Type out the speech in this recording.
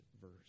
verse